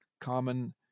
common